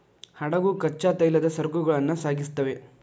ಹಡಗು ಕಚ್ಚಾ ತೈಲದ ಸರಕುಗಳನ್ನ ಸಾಗಿಸ್ತೆತಿ